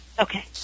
Okay